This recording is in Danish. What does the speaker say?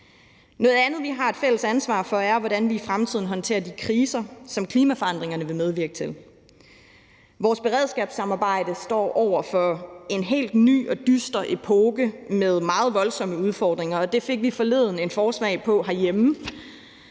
Noget andet, vi har et fælles ansvar for, er, hvordan vi i fremtiden håndterer de kriser, som klimaforandringerne vil medvirke til. Vores beredskabssamarbejde står over for en helt ny og dyster epoke med meget voldsomme udfordringer, og det fik vi forleden en forsmag på herhjemme,